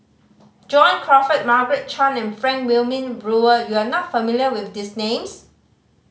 John Crawfurd Margaret Chan and Frank Wilmin Brewer you are not familiar with these names